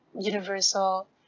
universal